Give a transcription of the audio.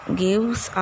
gives